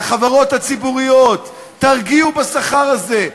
לחברות הציבוריות: תרגיעו בשכר הזה,